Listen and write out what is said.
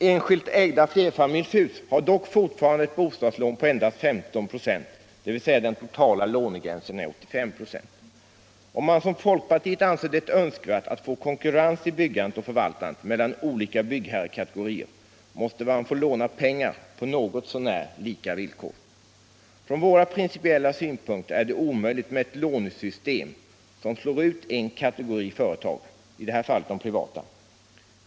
Enskilt ägda flerfamiljshus har dock fortfarande ett bostadslån på endast 15 96, dvs. den totala lånegränsen är 85 26. Om man som folkpartiet anser det önskvärt att få konkurrens i byggandet och förvaltandet mellan olika byggherrekategorier, så måste man få låna pengar på något så när lika villkor. Från våra principiella synpunkter är det omöjligt med ett lånesystem som slår ut en kategori företag, i det här fallet de privata.